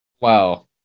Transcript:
Wow